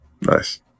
Nice